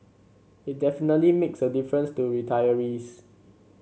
it definitely makes a difference to retirees